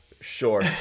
Sure